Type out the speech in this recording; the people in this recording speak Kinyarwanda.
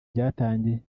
byatangiye